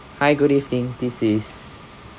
hi good evening this is